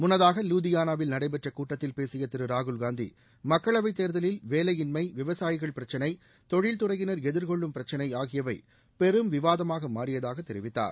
முன்னதாக லூதியானாவில் நடைபெற்ற கூட்டத்தில் பேசிய திரு ராகுல் காந்தி மக்களவைத் தேர்தலில் வேலையின்மை விவசாயிகள் பிரச்சினை தொழில் துறையினர் எதிர்கொள்ளும் பிரச்சினை ஆகியவை பெரும் விவாதமாக மாறியதாக தெரிவித்தார்